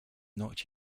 not